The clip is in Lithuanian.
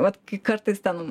vat kai kartais ten